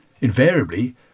invariably